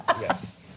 Yes